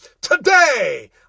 Today